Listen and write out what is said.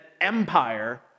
empire